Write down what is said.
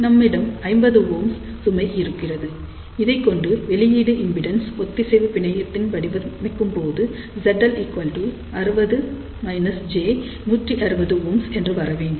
நம்மிடம் 50 Ω சுமை இருக்கிறது இதைக்கொண்டு வெளியீட்டு இம்பிடென்ஸ் ஒத்திசைவு பிணையத்தை வடிவமைக்கும்போது ZL60 j160Ω என்று வரவேண்டும்